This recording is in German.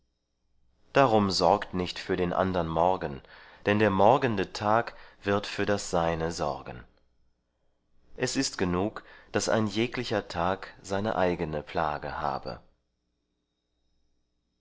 darum sorgt nicht für den andern morgen denn der morgende tag wird für das seine sorgen es ist genug daß ein jeglicher tag seine eigene plage habe